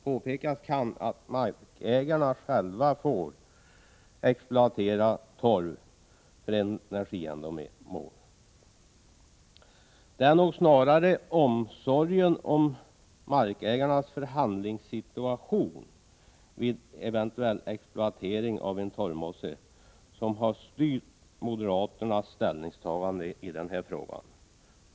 Påpekas kan att markägarna själva får exploatera torv för energiändamål. Det är nog snarare omsorgen om markägarnas förhandlingssituation vid en eventuell exploatering av en torvmosse som har styrt moderaternas ställningstagande i denna fråga.